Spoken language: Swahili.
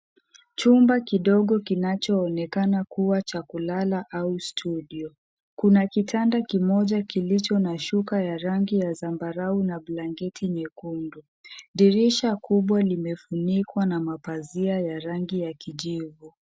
Chumba kidogo kinachoonekana kuwa cha kulala au studio . Kuna kitanda kimoja kilicho na shuka ya rangi ya zambarau na blanketi nyekundu. Dirisha kubwa limefunikwa na mapazia ya rangi ya kijivu.